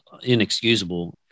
inexcusable